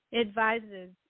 advises